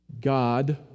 God